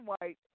White